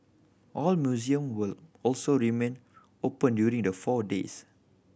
all museum will also remain open during the four days